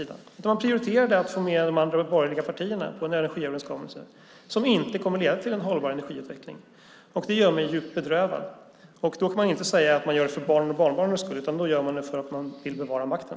Ni prioriterade att få med de andra borgerliga partierna på en energiöverenskommelse som inte kommer att leda till en hållbar energiutveckling, och det gör mig djupt bedrövad. Då kan man inte säga att man gör det för barnens och barnbarnens skull, utan då gör man det för att man vill bevara makten.